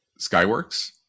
Skyworks